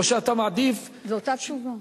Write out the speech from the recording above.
או שאתה מעדיף, זו אותה תשובה.